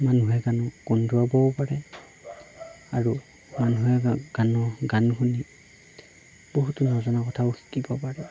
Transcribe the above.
মানুহে গানক কন্দোৱাবও পাৰে আৰু মানুহে গানো গান শুনি বহুতো নজনা কথাও শিকিব পাৰে